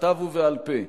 בכתב ובעל-פה,